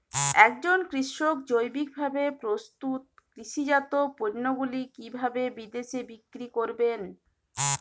একজন কৃষক জৈবিকভাবে প্রস্তুত কৃষিজাত পণ্যগুলি কিভাবে বিদেশে বিক্রি করবেন?